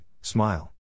smile